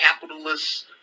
capitalists